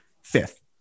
fifth